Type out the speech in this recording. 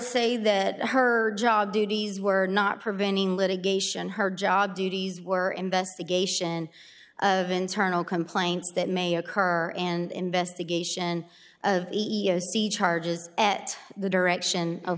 say that her job duties were not preventing litigation her job duties were investigation of internal complaints that may occur and investigation of the charges at the direction of